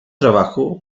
trabajo